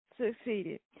succeeded